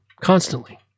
constantly